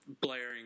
blaring